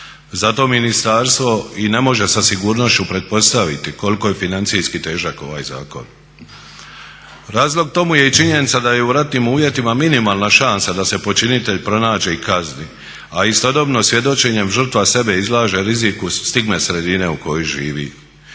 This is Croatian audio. Zato ministarstvo i ne može sa sigurnošću pretpostaviti koliko je financijski težak ovaj zakon. Razlog tome je i činjenica da je u ratnim uvjetima minimalna šansa da se počinitelj pronađe i kazni, a istodobno svjedočenjem žrtva sebe izlaže riziku stigme sredine u kojoj živi.